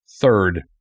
third